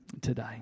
today